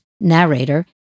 narrator